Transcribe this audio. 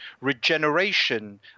regeneration